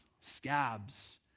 scabs